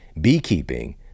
beekeeping